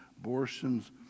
abortions